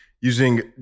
using